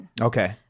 Okay